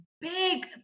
big